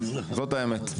זאת האמת.